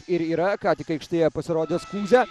ir yra ką tik aikštėje pasirodęs kuzia